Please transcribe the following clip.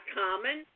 common